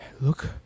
look